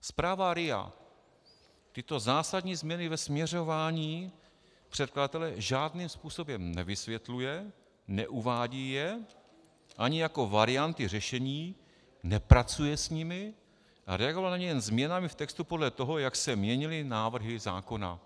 Zpráva RIA tyto zásadní změny ve směřování předkladatele žádným způsobem nevysvětluje, neuvádí je ani jako varianty řešení, nepracuje s nimi a reagovala na ně jen změnami v textu podle toho, jak se měnily návrhy zákona.